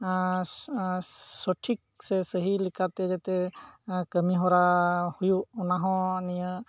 ᱥᱚᱴᱷᱤᱠ ᱥᱮ ᱥᱟᱹᱦᱤ ᱞᱮᱠᱟᱛᱮ ᱡᱟᱛᱮ ᱠᱟᱹᱢᱤ ᱦᱚᱨᱟ ᱦᱩᱭᱩᱜ ᱚᱱᱟ ᱦᱚᱸ ᱱᱤᱭᱟᱹ